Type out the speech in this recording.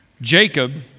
Jacob